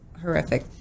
horrific